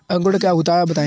अंकुरण क्या होता है बताएँ?